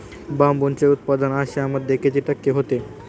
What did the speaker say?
बांबूचे उत्पादन आशियामध्ये किती टक्के होते?